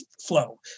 flow